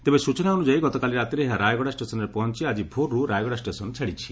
ତେବେ ସୂଚନା ଅନ୍ୟଯାୟୀ ଗତକାଲି ରାତିରେ ଏହା ରାୟଗଡ଼ା ଷ୍ଟେସନ୍ରେ ପହଞି ଆକି ଭୋରରୁ ରାୟଗଡ଼ା ଷେସନ୍ ଛାଡ଼ିଛି